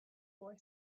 boy